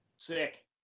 Sick